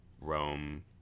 Rome